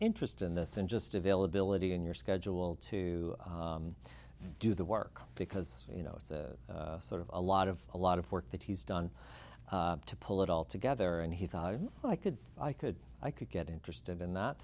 interest in this and just availability in your schedule to do the work because you know it's sort of a lot of a lot of work that he's done to pull it all together and he thought i could i could i could get interested in that